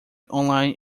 online